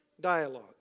dialogue